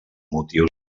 motius